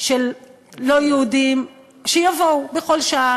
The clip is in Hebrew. של לא יהודים שיבואו בכל שעה,